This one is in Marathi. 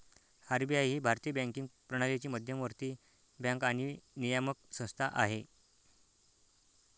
आर.बी.आय ही भारतीय बँकिंग प्रणालीची मध्यवर्ती बँक आणि नियामक संस्था आहे